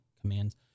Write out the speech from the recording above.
commands